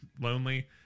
lonely